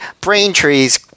Braintree's